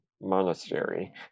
monastery